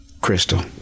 Crystal